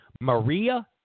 Maria